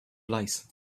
lice